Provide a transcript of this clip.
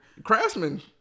Craftsman